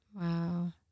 Wow